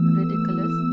ridiculous